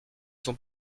sont